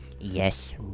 yes